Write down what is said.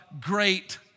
great